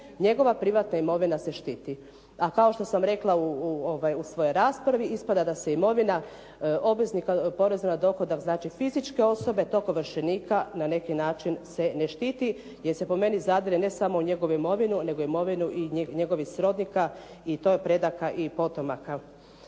njegova privatna imovina se štiti. A kao što sam rekla u svojoj raspravi ispada da se imovina obveznika poreza na dohodak, znači fizičke osobe toga ovršenika na neki način se ne štiti, jer se po meni zadire u njegovu imovinu, nego i u imovinu i njegovih srodnika i to predaka i potomaka.